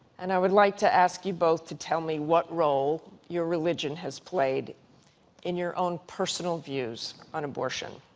and i would like to ask you both to tell me what role your religion has played in your own personal views on abortion.